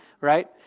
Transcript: Right